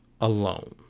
alone